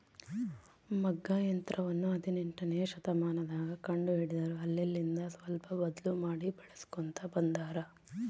ಮಗ್ಗ ಯಂತ್ರವನ್ನ ಹದಿನೆಂಟನೆಯ ಶತಮಾನದಗ ಕಂಡು ಹಿಡಿದರು ಅಲ್ಲೆಲಿಂದ ಸ್ವಲ್ಪ ಬದ್ಲು ಮಾಡಿ ಬಳಿಸ್ಕೊಂತ ಬಂದಾರ